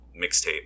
mixtape